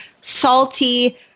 salty